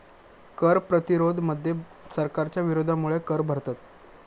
कर प्रतिरोध मध्ये सरकारच्या विरोधामुळे कर भरतत